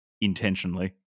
intentionally